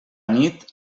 nit